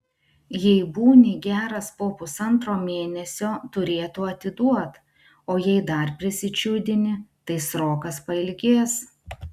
jei būni geras po pusantro mėnesio turėtų atiduot o jei dar prisičiūdini tai srokas pailgės